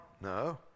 No